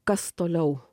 kas toliau